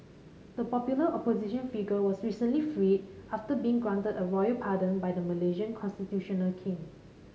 the popular opposition figure was recently freed after being granted a royal pardon by the Malaysian constitutional king